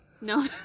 No